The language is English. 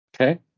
Okay